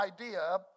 idea